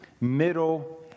middle